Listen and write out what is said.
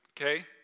okay